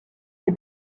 des